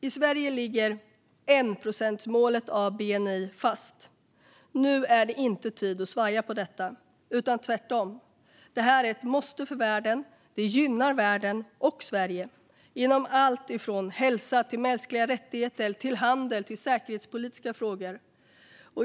I Sverige ligger målet om 1 procent av bni fast. Nu är det inte tid att svaja på detta, utan tvärtom. Detta är ett måste för världen. Det gynnar världen och Sverige inom allt från hälsa till mänskliga rättigheter, handel och säkerhetspolitiska frågor.